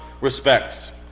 respects